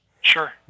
Sure